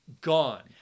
gone